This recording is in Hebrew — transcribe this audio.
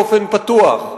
באופן פתוח.